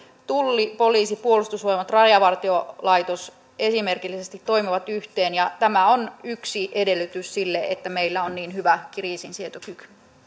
tulli poliisi puolustusvoimat rajavartiolaitos esimerkillisesti toimivat yhteen ja tämä on yksi edellytys sille että meillä on niin hyvä kriisinsietokyky